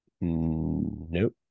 Nope